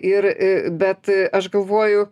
ir a bet aš galvoju